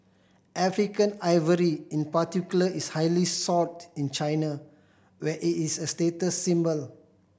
African ivory in particular is highly sought in China where it is a status symbol